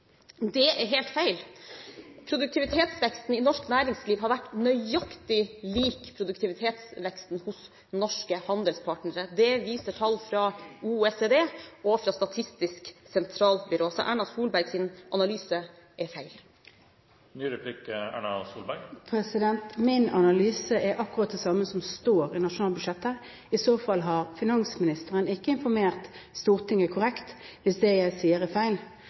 Det er helt feil. Produktivitetsveksten i norsk næringsliv har vært nøyaktig lik produktivitetsveksten hos våre handelspartnere. Det viser tall fra OECD og fra Statistisk sentralbyrå. Så Erna Solbergs analyse er feil. Min analyse er akkurat den samme som det som står i nasjonalbudsjettet. Hvis det jeg sier er feil,